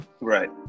right